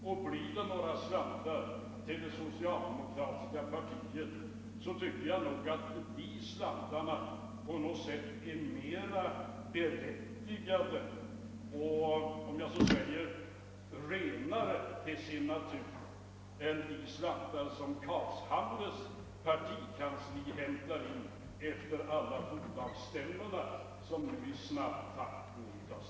Och blir det några slantar för det socialdemokratiska partiet tycker jag nog att de är mer berättigade och om jag så får säga renare till sin natur än de slantar som herr Carlshamres partikansli får efter alla de bolagsstämmor som nu i snabb takt hålls.